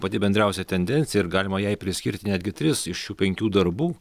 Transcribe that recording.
pati bendriausia tendencija ir galima jai priskirti netgi tris iš šių penkių darbų